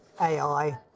AI